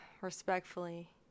respectfully